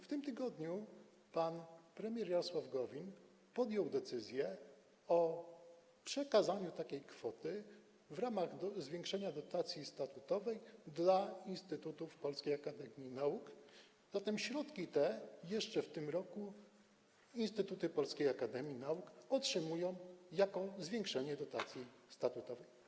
W tym tygodniu pan premier Jarosław Gowin podjął decyzję o przekazaniu takiej kwoty w ramach zwiększenia dotacji statutowej dla instytutów Polskiej Akademii Nauk, zatem środki te jeszcze w tym roku instytuty Polskiej Akademii Nauk otrzymają jako zwiększenie dotacji statutowych.